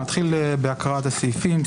אתחיל בהקראת הסעיפים.